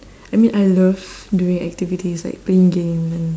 I mean I love doing activities like playing game and